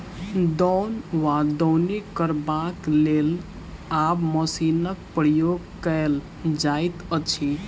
दौन वा दौनी करबाक लेल आब मशीनक प्रयोग कयल जाइत अछि